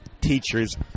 teachers